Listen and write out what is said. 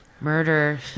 murder